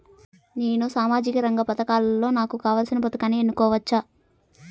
నేను సామాజిక రంగ పథకాలలో నాకు కావాల్సిన పథకాన్ని ఎన్నుకోవచ్చా?